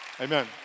amen